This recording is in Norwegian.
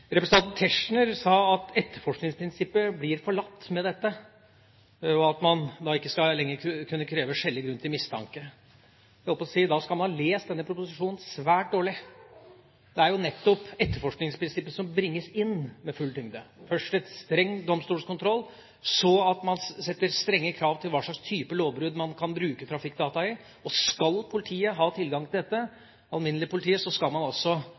Representanten Tetzschner sa at etterforskningsprinsippet blir forlatt med dette, og at man da ikke lenger skal kunne kreve skjellig grunn til mistanke. Da må man ha lest denne proposisjonen svært dårlig. Det er jo nettopp etterforskningsprinsippet som bringes inn med full tyngde – først en streng domstolskontroll, så at man setter strenge krav til hva slags type lovbrudd man kan bruke trafikkdata i. Skal det alminnelige politiet ha tilgang til dette, skal man også